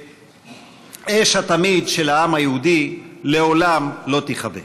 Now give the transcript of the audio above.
שאש התמיד של העם היהודי לעולם לא תכבה.